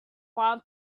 five